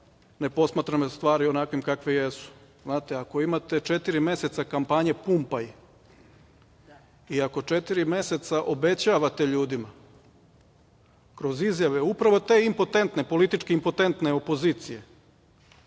ne posmatramo stvari onakve kakve jesu. Znate, ako imate četiri meseca kampanje "Pumpaj" i ako četiri meseca obećavate ljudima kroz izjave, upravo te impotentne, politički impotentne opozicije,